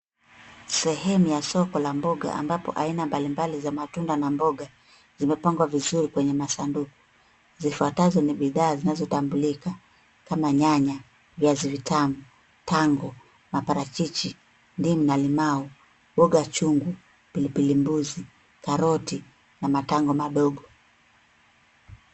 Sehemu ya soko la mboga ambapo aina mbalimbali za matunda na mboga zimepangwa vizuri kwenye masanduku. Zifwatazo ni bidhaa zinazotambulika kama nyanya, viazi vitamu, tango, maparachichi, ndimu na limao, onga chungu, pilipili mbuzi, karoti na matango madogo.